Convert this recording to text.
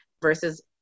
versus